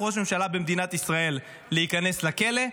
ראש ממשלה במדינת ישראל להיכנס לכלא.